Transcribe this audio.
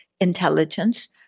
intelligence